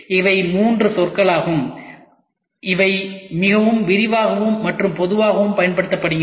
இவை 3 சொற்களாகும் அவை மிகவும் விரிவாகவும் மற்றும் பொதுவாகவும் பயன்படுத்தப்படுகின்றன